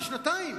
לשנתיים,